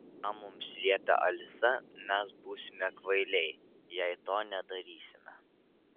ką mums liepia alisa mes būsime kvailiai jei to nedarysime